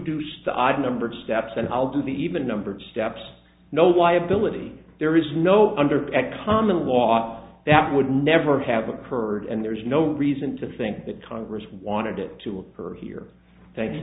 a number of steps and i'll do the even numbered steps no liability there is no under a common law that would never have occurred and there's no reason to think that congress wanted it to occur here thank